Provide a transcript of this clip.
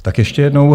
Tak ještě jednou.